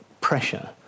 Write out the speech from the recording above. pressure